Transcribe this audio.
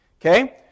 Okay